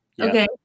okay